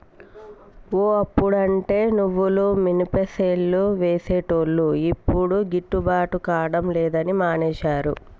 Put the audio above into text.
ఓ అప్పుడంటే నువ్వులు మినపసేలు వేసేటోళ్లు యిప్పుడు గిట్టుబాటు కాడం లేదని మానేశారు